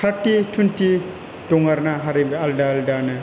थारथि टुइनथि दङ ना हारि आलदा आलदानो